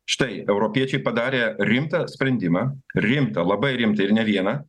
štai europiečiai padarė rimtą sprendimą rimtą labai rimtą ir ne vieną